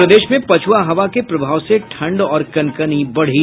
और प्रदेश में पछ्आ हवा के प्रभाव से ठंड और कनकनी बढ़ी